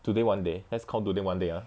today one day that's count today one day ah